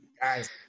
guys